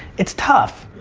it's tough.